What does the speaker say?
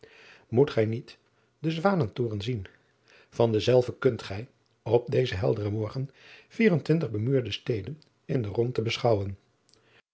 oet gij niet den wanentoren zien an denzelven kunt gij op dezen helderen morgen vier en twintig bemuurde steden in de rondte beschouwen